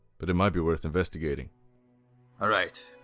but it might be worth investigating. all right.